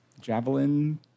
Javelin